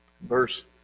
verse